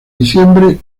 diciembre